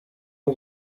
aho